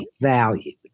valued